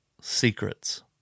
secrets